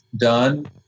done